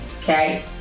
okay